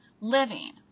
Living